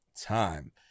time